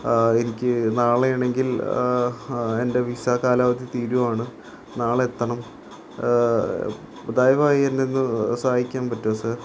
എനിക്ക് നാളെയാണെങ്കിൽ എന്റെ വിസാ കാലാവധി തീരുകയാണ് നാളെ എത്തണം ദയവായി എന്നെ ഒന്ന് സഹായിക്കാൻ പറ്റുമോ സാർ